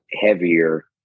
heavier